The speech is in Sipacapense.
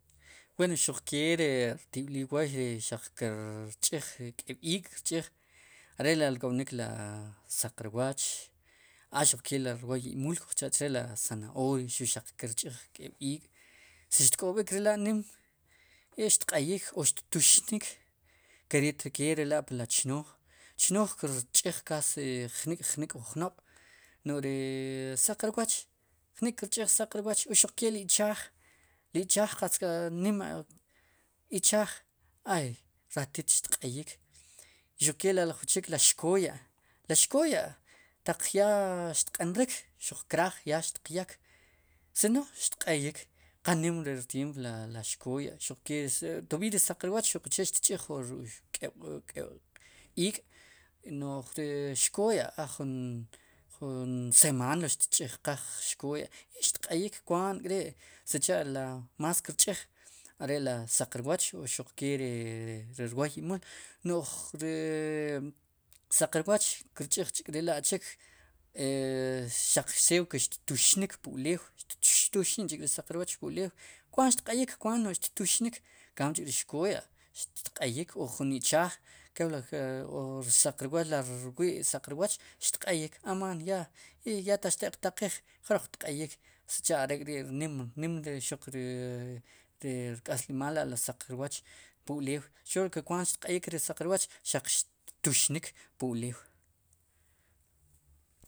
Wen no'j xuqkee ri rtib'liil woy kirch'ij k'eeb' iik' kir ch'ij are'la ri rk'b'nik ri saq rwooch, a xuq ke ri rwoy imul kuj cha'chee ri zanahoria xu xaq kirch'iij keeb' ik' si xtk'ob'ik ri la' nim i xtq'eyik o xttuxnik nkere'ketlelá kepli chnooj chnooj kirch'ij casi jnik'jnik'wu jnob' no'j ri saq rwooch jnik'kirch'iij saq rwooch o xuq ke ri ichaaj ichaaj qatz ká nim, ichaj hay ratit xq'eyik xuke la' jun chik ri xkooya', ri xkoya' ataq ya xtq'enrik xuq kraaj ya xtiq yeek sino xtq'eyik, qanim ri rtyeem ri xkooya' xuke ri, todab'iiy ri saq rwooch ¿uche xtch'ij jun keb'ke'b iik' no'j ri xkoya' jun, semana lo tch'ij qaaj xkooya' i xtq'eyik kwaat kri' sicha' más lirch'iij are'li saq rwooch xuqke ri rwooy imul no'j ri saq rwooch kirch'ij chrela'chik e xaq xew ke xttuxnik pu ulew, xtuxin ch're saq rwooch pu ulew kwaat xtq'eyik no'j xttuxnik emkamb'io ch'ri xkoya' xtq'eyik o jun ichaaj kepli rsaq rwooch. rwi' saq rwooch xtq'eyik amaam ya taq xti'qtaqiij jroq xtq'eyik sicha' are'kri' nim ri rk'aslimaal rwoch pu ulew solo ke kwaant xq'eyik ri saq rwooch xaq xttuxnik pu'ulew.